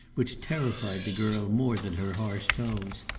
which terrified the girl more than her harsh tones,